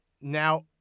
Now